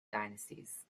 dynasties